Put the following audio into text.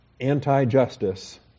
anti-justice